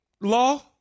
law